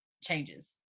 changes